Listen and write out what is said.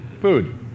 food